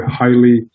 highly